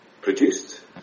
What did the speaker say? produced